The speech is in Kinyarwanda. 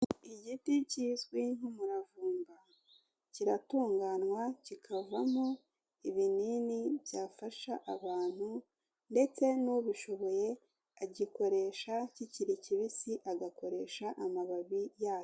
Igiti kizwi nk'umuravumba kiratunganywa kikavamo ibinini byafasha abantu, ndetse n'ubishoboye agikoresha kikiri kibisi, agakoresha amababi yacyo.